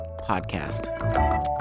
podcast